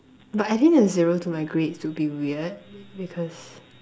but adding a zero to my grades would be weird because